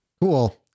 Cool